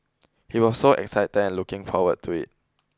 he was so excited and looking forward to it